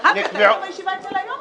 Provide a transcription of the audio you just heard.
זחאלקה, אתה לא היית בישיבה אצל היושב-ראש.